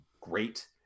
great